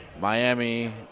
Miami